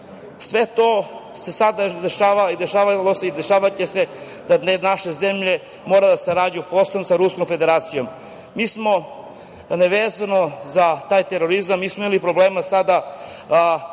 Sve to se sada dešava i dešava će se, da te naše zemlje treba da sarađuju Ruskom Federacijo. Mi smo nevezano za taj terorizam, mi smo imali problema sada